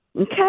Okay